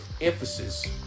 emphasis